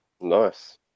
Nice